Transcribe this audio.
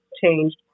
changed